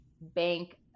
bank